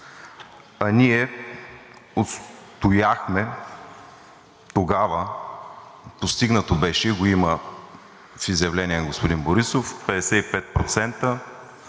а ние отстояхме тогава – беше постигнато и го има в изявление на господин Борисов, 55%